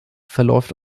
verläuft